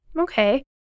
Okay